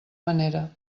manera